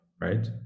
right